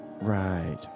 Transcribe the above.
Right